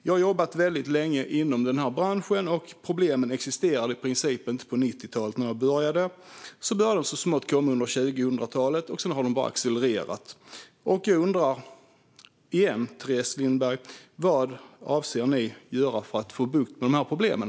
Jag har jobbat väldigt länge inom den här branschen, och problemen existerade i princip inte på 90-talet när jag började. De började komma så smått under 2000-talet, och så har de bara accelererat. Jag undrar återigen, Teres Lindberg, vad ni avser att göra för att få bukt med de här problemen.